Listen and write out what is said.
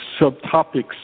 subtopics